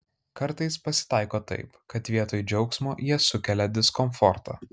kartais pasitaiko taip kad vietoj džiaugsmo jie sukelia diskomfortą